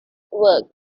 work